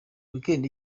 weekend